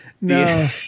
No